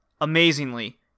Amazingly